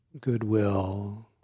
goodwill